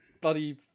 bloody